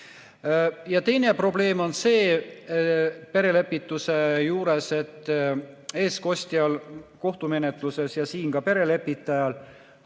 Teine probleem on see perelepituse juures, et eestkostjal kohtumenetluses ja siin ka perelepitajal